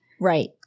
Right